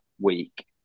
week